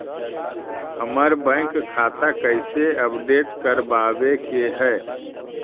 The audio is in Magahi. हमर बैंक खाता कैसे अपडेट करबाबे के है?